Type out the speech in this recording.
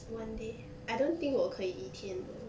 one day I don't think 我可以一天 though